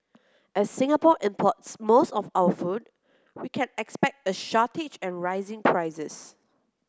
as Singapore import's most of our food we can expect a shortage and rising prices